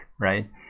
right